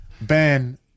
Ben